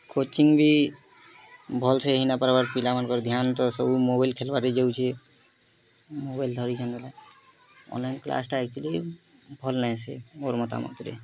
coaching ବି ଭଲ୍ସେ ହେଇ ନାଇ ପାରବାର୍ ପିଲାମାନଙ୍କର୍ ଧ୍ୟାନ୍ ତ ସବୁ ମୋବାଇଲ୍ ଖେଲ୍ବାରେ ଯାଉଛେ ମୋବାଇଲ୍ ଧରିଚନ୍ ବେଲେ ଅନ୍ଲାଇନ୍ କ୍ଲାସ୍ଟା ଆକ୍ଚୁଅଲି ଭଲ୍ ନାଇଁସେ ମୋର୍ ମତାମତ୍ରେ